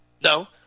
No